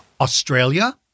Australia